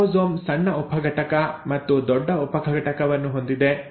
ribosome ಸಣ್ಣ ಉಪಘಟಕ ಮತ್ತು ದೊಡ್ಡ ಉಪಘಟಕವನ್ನು ಹೊಂದಿದೆ